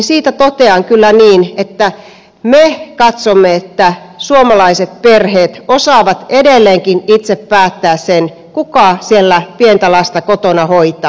siitä totean kyllä niin että me katsomme että suomalaiset perheet osaavat edelleenkin itse päättää sen kuka siellä kotona pientä lasta hoitaa